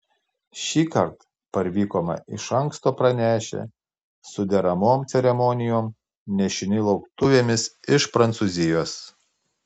šįkart parvykome iš anksto pranešę su deramom ceremonijom nešini lauktuvėmis iš prancūzijos